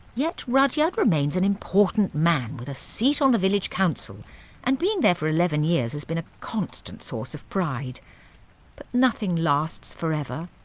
yet rudyard remains an important man, with a seat on the village council and being there for eleven years has been a constant source of pride. but nothing lasts forever.